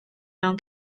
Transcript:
mewn